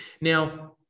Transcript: Now